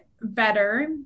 better